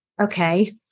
Okay